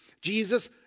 Jesus